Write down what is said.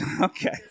okay